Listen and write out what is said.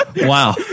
Wow